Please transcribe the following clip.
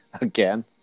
Again